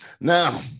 Now